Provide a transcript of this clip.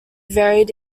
varied